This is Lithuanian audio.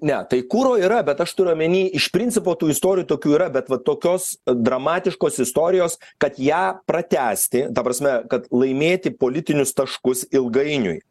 ne tai kuro yra bet aš turiu omeny iš principo tų istorijų tokių yra bet vat tokios dramatiškos istorijos kad ją pratęsti ta prasme kad laimėti politinius taškus ilgainiui